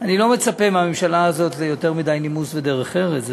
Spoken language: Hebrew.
אני לא מצפה מהממשלה הזאת ליותר מדי נימוס ודרך ארץ,